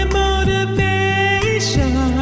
motivation